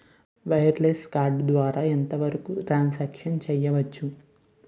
Wireless card ద్వారా ఎంత వరకు ట్రాన్ సాంక్షన్ చేయవచ్చు?